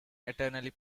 eternally